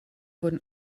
wurden